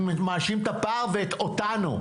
אני מאשים את הפער ואותנו.